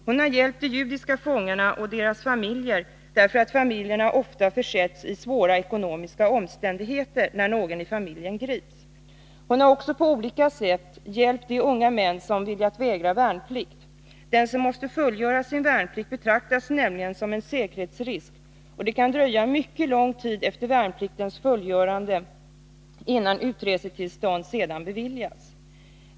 Hon har hjälpt de judiska fångarna och deras familjer, som ju ofta försätts i svåra ekonomiska omständigheter när någon i familjen grips. Hon har också på olika sätt hjälpt de unga män som vägrat att fullgöra sin värnplikt — den som måste fullgöra sin värnplikt betraktas nämligen som en säkerhetsrisk, och det kan dröja mycket lång tid efter värnpliktens fullgörande innan utresetillstånd beviljas.